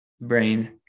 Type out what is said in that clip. brain